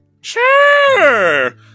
Sure